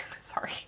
Sorry